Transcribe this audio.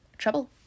trouble